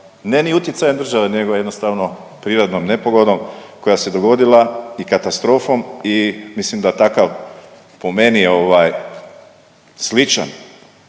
ne ni utjecajem države, nego jednostavno prirodnom nepogodom koja se dogodila i katastrofom i mislim da takav, po meni sličan